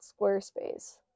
Squarespace